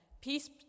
Peace